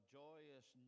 joyous